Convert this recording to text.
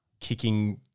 kicking